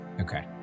okay